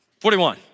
41